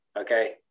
okay